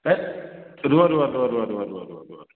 ହେ ରୁହ ରୁହ ରୁହ ରୁହ ରୁହ ରୁହ ରୁହ ରୁହ